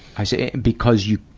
i see because you,